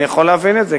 אני יכול להבין את זה,